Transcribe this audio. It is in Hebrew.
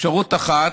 אפשרות אחת,